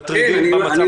מטרידים במצב הנוכחי.